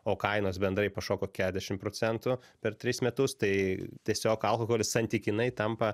o kainos bendrai pašoko keliasdešim procentų per tris metus tai tiesiog alkoholis santykinai tampa